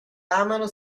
amano